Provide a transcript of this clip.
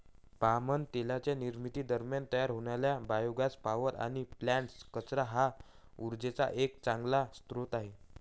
palm तेलाच्या निर्मिती दरम्यान तयार होणारे बायोगॅस पॉवर प्लांट्स, कचरा हा उर्जेचा एक चांगला स्रोत आहे